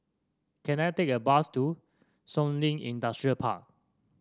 can I take a bus to Shun Li Industrial Park